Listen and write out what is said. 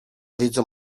wiedzą